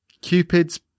Cupid's